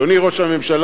אדוני ראש הממשלה,